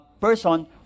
person